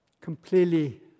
completely